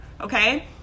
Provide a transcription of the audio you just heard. okay